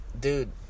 dude